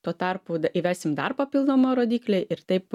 tuo tarpu įvesim dar papildomą rodiklį ir taip